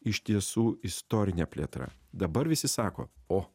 iš tiesų istorinė plėtra dabar visi sako o